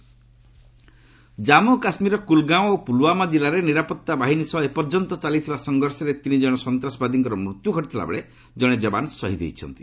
J and K encounter Jammu କାଶ୍କୀରର କୁଲ୍ଗାଓଁ ଓ ପୁଲୁୱାମା ଜିଲ୍ଲାରେ ନିରାପତ୍ତା ବାହିନୀ ସହ ଏ ପର୍ଯ୍ୟନ୍ତ ଚାଲିଥିବା ସଂଘର୍ଷରେ ତିନିକଣ ସନ୍ତାସବାଦୀଙ୍କର ମୃତ୍ୟୁ ଘଟିଥିବାବେଳେ ଜଣେ ଯବାନ ଶହୀଦ ହୋଇଛନ୍ତି